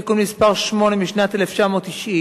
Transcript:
תיקון מס' 8 משנת 1990,